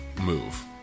move